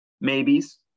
maybes